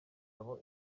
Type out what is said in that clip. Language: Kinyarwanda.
aho